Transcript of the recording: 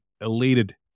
elated